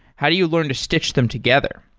how do you learn to stich them together?